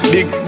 Big